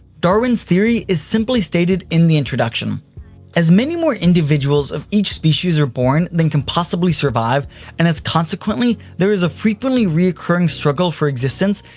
darwin's theory is simply stated in the introduction as many more individuals of each species are born than can possibly survive and as, consequently, there is a frequently recurring struggle for existence,